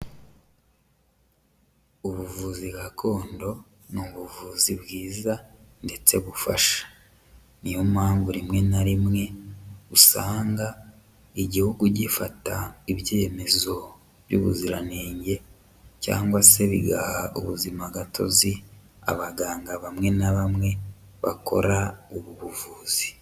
Ubuvuzi gakondo n'ubuvuzi bwiza ndetse bufasha, niyo mpamvu rimwe na rimwe usanga igihugu gifata ibyemezo by'ubuziranenge cyangwa se bigaha ubuzimagatozi abaganga bamwe na bamwe bakora ubu buvuzi.